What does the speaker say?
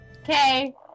Okay